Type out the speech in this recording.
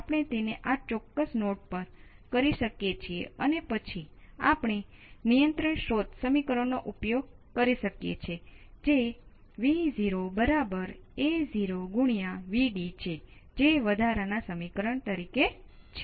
આપણે ફક્ત પ્રથમ અને બીજા ક્રમમાં જ જોઈ રહ્યા છીએ અને ત્યાંથી તમે તેનું ઉચ્ચ ક્રમમાં સામાન્યીકરણ કરી શકો છો